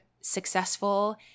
successful